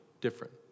different